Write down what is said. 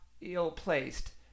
ill-placed